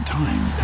time